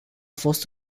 fost